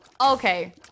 okay